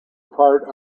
part